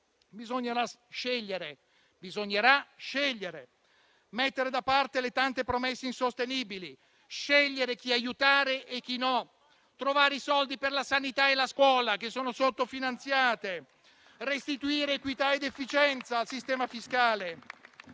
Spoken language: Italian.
Bisognerà scegliere, mettere da parte le tante promesse insostenibili, scegliere chi aiutare e chi no, trovare i soldi per la sanità e la scuola, che sono sottofinanziate, restituire equità ed efficienza al sistema fiscale